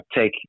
take